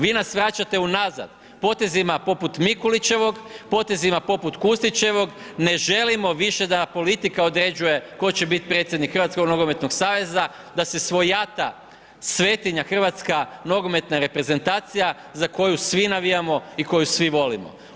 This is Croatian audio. Vi nas vraćate unazad potezima poput Mikulićevog, potezima poput Kustićevog, ne želimo više da politika određuje tko će biti predsjednik Hrvatskog nogometnog saveza, da se svojata svetinja Hrvatska nogometna reprezentacija za koju svi navijamo i koju svi volimo.